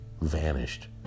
vanished